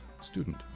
student